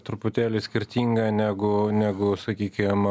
truputėlį skirtingą negu negu sakykim